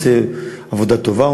הוא עושה עבודה טובה,